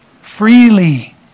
freely